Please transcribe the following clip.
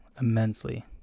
immensely